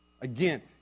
Again